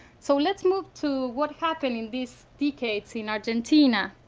so let's move to what happened in these decades in argentina.